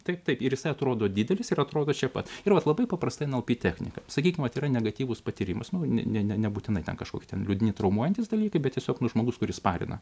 taip taip ir jis atrodo didelis ir atrodo čia pat ir vat labai paprasta nlp technika sakykim vat yra negatyvus patyrimas nu ne ne nebūtinai ten kažkokie ten liūdni traumuojantys dalykai bet tiesiog na žmogus kuris parina